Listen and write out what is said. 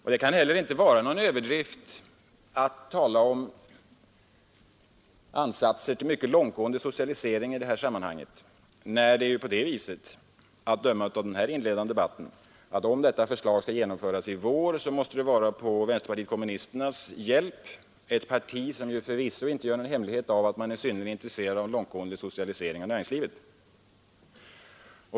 Inte heller kan det vara någon överdrift att tala om ansatser till mycket långtgående socialisering i detta sammanhang, när det av denna inledande debatt att döma är så att om detta förslag skall genomföras i vår, så måste det vara med vänsterpartiet kommunisternas hjälp, ett parti som förvisso inte gör någon hemlighet av att man är synnerligen intresserad av en mycket långtgående socialisering av näringslivet.